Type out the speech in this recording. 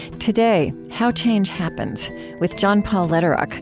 today, how change happens with john paul lederach,